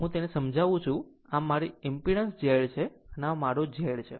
આમ હું તેને સમજાવું છું આમ આ મારી ઈમ્પીડન્સ Z છે આ જ મારો Z છે